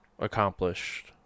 accomplished